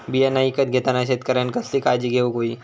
बियाणा ईकत घेताना शेतकऱ्यानं कसली काळजी घेऊक होई?